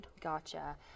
Gotcha